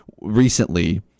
recently